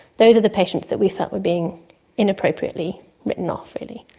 those are the patients that we felt were being inappropriately written off really.